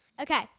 Okay